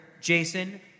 Jason